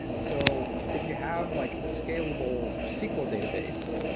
so if you have like a scalable sql database,